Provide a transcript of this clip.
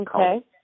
Okay